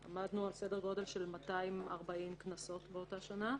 עמדנו על סדר גודל של 240 קנסות על השלכת פסולת כללית.